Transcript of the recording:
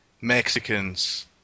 Mexicans